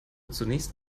zunächst